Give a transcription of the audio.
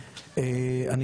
ממה שבדקתי,